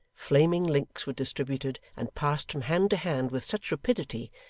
flaming links were distributed and passed from hand to hand with such rapidity,